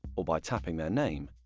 or by tapping their name,